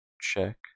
check